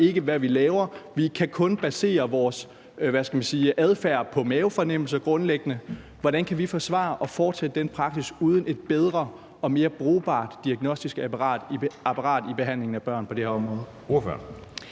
ikke, hvad vi laver; vi kan grundlæggende kun basere vores adfærd på mavefornemmelse? Hvordan kan vi forsvare at fortsætte den praksis uden et bedre og mere brugbart diagnostisk apparat i behandlingen af børn på det her område?